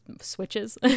switches